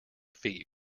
feet